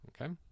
okay